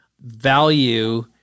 value